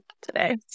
today